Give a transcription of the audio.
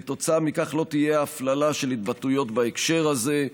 כתוצאה מכך לא תהיה הפללה של התבטאויות בהקשר הזה,